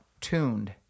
tuned